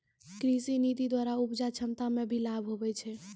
कृषि नीति द्वरा उपजा क्षमता मे लाभ हुवै छै